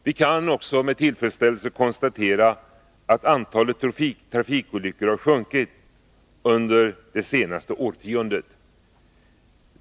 Vi kan också med tillfredsställande konstatera att antalet trafikolyckor har sjunkit det senaste årtiondet.